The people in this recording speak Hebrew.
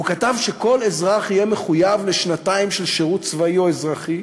הוא כתב שכל אזרח יהיה מחויב לשנתיים של שירות צבאי או אזרחי,